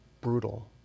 brutal